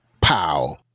pow